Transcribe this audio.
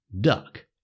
duck